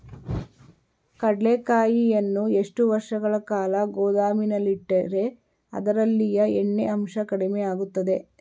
ಕಡ್ಲೆಕಾಯಿಯನ್ನು ಎಷ್ಟು ವರ್ಷಗಳ ಕಾಲ ಗೋದಾಮಿನಲ್ಲಿಟ್ಟರೆ ಅದರಲ್ಲಿಯ ಎಣ್ಣೆ ಅಂಶ ಕಡಿಮೆ ಆಗುತ್ತದೆ?